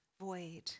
void